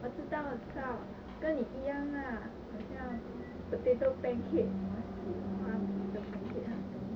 我知道我知道跟你一样 lah 好像 potato pancake 我喜欢 potato pancake 很多